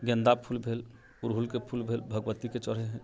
गेन्दा फूल भेल अरहुलके फूल भेल भगवत्तीके चढ़ै है